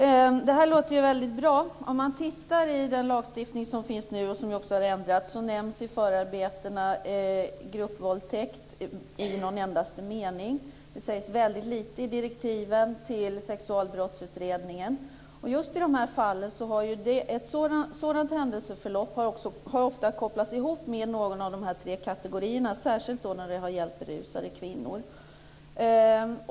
Fru talman! Det låter ju väldigt bra. I den lagstiftning som finns nu, och som också har ändrats, nämns i förarbetena gruppvåldtäkt i någon endaste mening. Det sägs väldigt lite i direktiven till Sexualbrottsutredningen. Just i de här fallen har ett sådant händelseförlopp ofta kopplats ihop med någon av de tre kategorierna, särskilt när det har gällt berusade kvinnor.